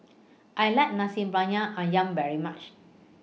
I like Nasi Briyani Ayam very much